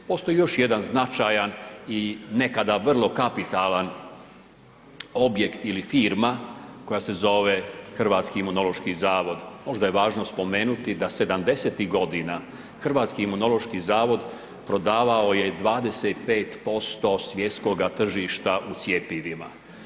Postoji još jedan značajan i nekada vrlo kapitalan objekt ili firma koja se zove Hrvatski imunološki zavod, možda je važno spomenuti da 70-ih godina Hrvatski imunološki zavod prodavao je 25% svjetskoga tržišta u cjepivima.